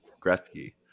Gretzky